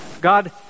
God